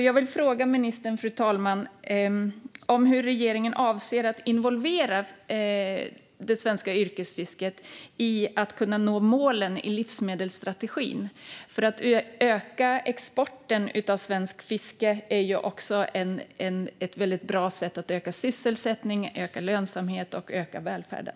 Jag vill därför fråga ministern, fru talman, hur regeringen avser att involvera det svenska yrkesfisket i arbetet för att nå målen i livsmedelsstrategin. Att öka exporten av svensk fisk är nämligen också ett väldigt bra sätt att öka sysselsättningen, lönsamheten och välfärden.